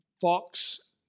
Fox